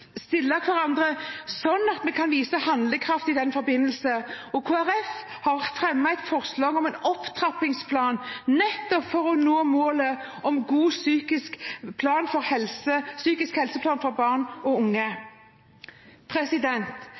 sånn at vi kan vise handlekraft i den forbindelse. Kristelig Folkeparti har fremmet et forslag om en opptrappingsplan, nettopp for å nå målet om en psykisk helseplan for barn og unge.